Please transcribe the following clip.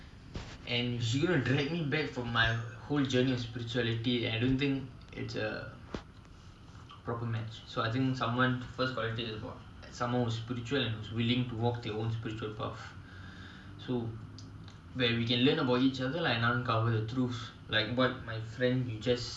once you know who you are right you can sort of take in an exciting happiness from each other needing each other you can actually share the moment together so I think that is something more beautiful than just saying I need her so that I can feel happy and literally just using her and then somehow love is just using her